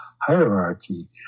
hierarchy